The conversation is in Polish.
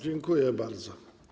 Dziękuję bardzo.